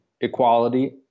equality